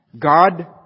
God